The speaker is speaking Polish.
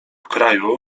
kraju